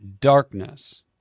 Darkness